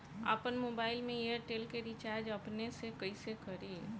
आपन मोबाइल में एयरटेल के रिचार्ज अपने से कइसे करि?